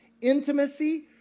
intimacy